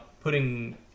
putting